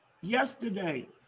Yesterday